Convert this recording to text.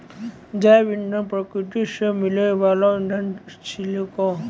जैव इंधन प्रकृति सॅ मिलै वाल इंधन छेकै